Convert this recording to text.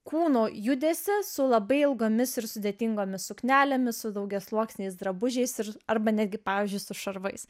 kūno judesį su labai ilgomis ir sudėtingomis suknelėmis su daugiasluoksniais drabužiais ir arba netgi pavyzdžiui su šarvais